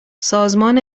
سازمان